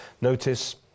notice